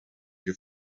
you